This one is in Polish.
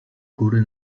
góry